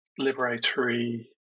liberatory